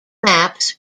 maps